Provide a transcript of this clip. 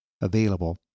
available